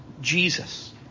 Jesus